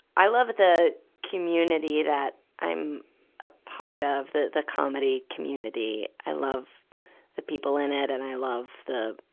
i love the community that i'm a part of, the, the comedy community. i love the people in it, and i love the,